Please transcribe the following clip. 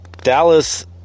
Dallas